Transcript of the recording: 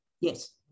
Yes